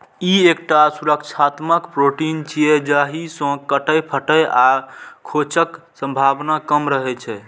ई एकटा सुरक्षात्मक प्रोटीन छियै, जाहि सं कटै, फटै आ खोंचक संभावना कम रहै छै